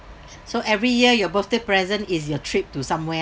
so every year your birthday present is your trip to somewhere